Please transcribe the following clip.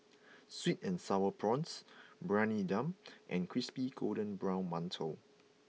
Sweet and Sour Prawns Briyani Dum and Crispy Golden Brown Mantou